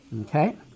Okay